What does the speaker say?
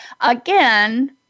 again